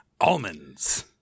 almonds